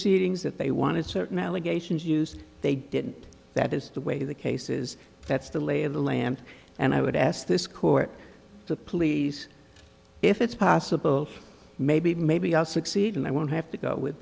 dings that they wanted certain allegations used they didn't that is the way the cases that's the lay of the land and i would ask this court to please if it's possible maybe maybe i'll succeed and i won't have to go with